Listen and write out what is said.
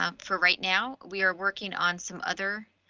ah for right now, we are working on some other